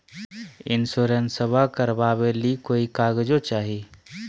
इंसोरेंसबा करबा बे ली कोई कागजों चाही?